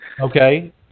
Okay